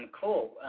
Cool